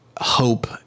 hope